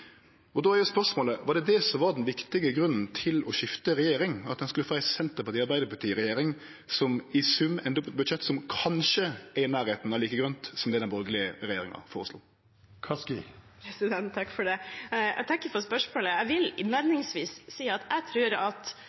Då er spørsmålet. Var det det som var den viktige grunnen til å skifte regjering, at ein skulle få ei Arbeidarparti–Senterparti-regjering som i sum endar opp med eit budsjett som kanskje er i nærleiken av like grønt som det den borgarlege regjeringa føreslo? Jeg takker for spørsmålet. Jeg vil innledningsvis si at jeg tror at